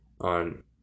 on